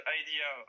idea